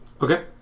Okay